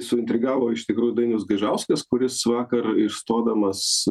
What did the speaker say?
suintrigavo iš tikrųjų dainius gaižauskas kuris vakar išstodamas